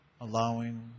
allowing